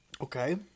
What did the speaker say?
okay